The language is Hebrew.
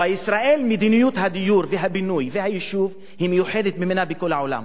בישראל מדיניות הדיור והבינוי והיישוב היא מיוחדת במינה בכל העולם.